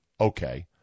okay